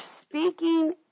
speaking